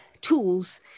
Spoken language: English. tools